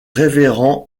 révérend